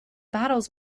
battles